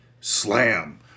Slam